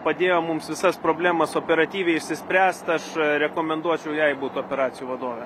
padėjo mums visas problemas operatyviai išsispręst aš rekomenduočiau jai būt operacijų vadove